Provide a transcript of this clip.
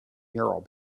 mural